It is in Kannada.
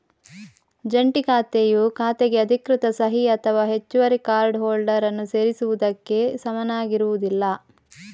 ಜಂಟಿ ಖಾತೆಯು ಖಾತೆಗೆ ಅಧಿಕೃತ ಸಹಿ ಅಥವಾ ಹೆಚ್ಚುವರಿ ಕಾರ್ಡ್ ಹೋಲ್ಡರ್ ಅನ್ನು ಸೇರಿಸುವುದಕ್ಕೆ ಸಮನಾಗಿರುವುದಿಲ್ಲ